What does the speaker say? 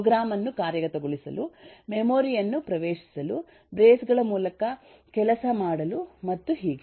program ಅನ್ನು ಕಾರ್ಯಗತಗೊಳಿಸಲು memory ಯನ್ನು ಪ್ರವೇಶಿಸಲು ಬ್ರೇಸ್ ಗಳ ಮೂಲಕ ಕೆಲಸ ಮಾಡಲು ಮತ್ತು ಹೀಗೆ